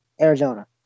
Arizona